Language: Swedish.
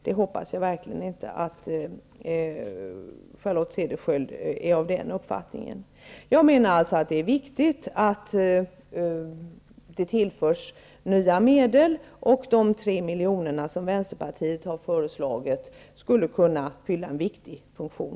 Jag hoppas verkligen att Charlotte Cederschiöld inte har den uppfattningen. Det är alltså viktigt att det tillförs nya medel, och de 3 milj.kr. som vänsterpartiet har föreslagit skulle kunna fylla en viktig funktion.